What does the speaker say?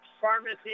pharmacy